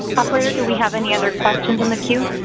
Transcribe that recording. operator do we have any other questions in the queue?